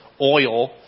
oil